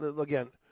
again